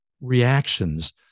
reactions